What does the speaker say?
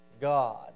God